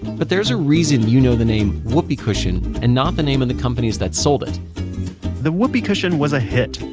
but there's a reason you know the name whoopee cushion, and not the name of and the companies that sold it the whoopee cushion was a hit,